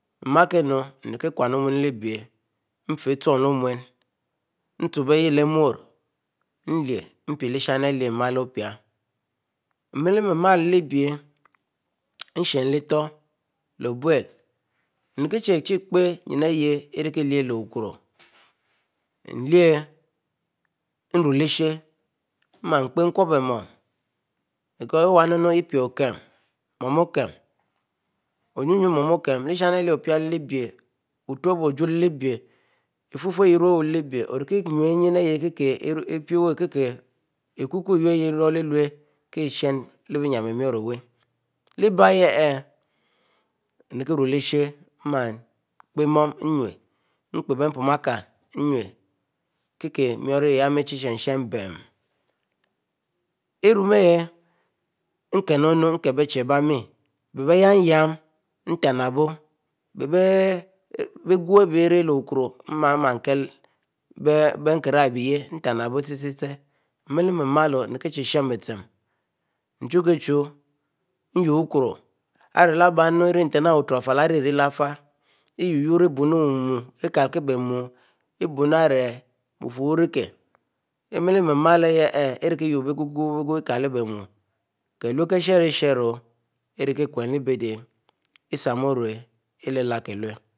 Emakimu emrikikuw onuwe he le biyia enfar echwn enchup ayie lemuri leliy em`wpiya. emelemelo-lebiyie emshan le etore, emrikichue empi yime ayie emrikleyie lewukurk emleyie emre leshie ema epe emcube ámoue eyi mumuer eyia mumu épe okem, omimuer m`oue okem. leshani ale ereule lelebiyie or`kimue ayje eriki pèwue hqbjahacahajzekeke eýo ayie elolewu kishan lebinyimamori òwue lebiyie. emrik erio-lesha. ema be pume bikika emwn kiker moue ayie me ayie me echue sharasha b`meyi, erom ayie ekoriomah emkibe bèche abime_bebiyamyam emtanabo. equ abiy,